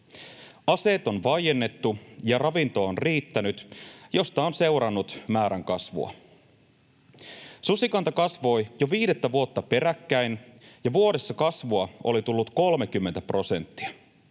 Aseet on vaiennettu, ja ravinto on riittänyt, mistä on seurannut määrän kasvua. Susikanta kasvoi jo viidettä vuotta peräkkäin, ja vuodessa kasvua oli tullut 30 prosenttia,